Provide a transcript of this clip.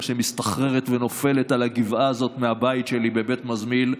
שמסתחרר ונופל על הגבעה הזאת מהבית שלי בבית מזמיל,